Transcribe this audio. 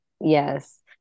Yes